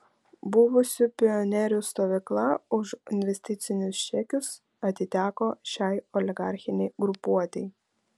buvusių pionierių stovykla už investicinius čekius atiteko šiai oligarchinei grupuotei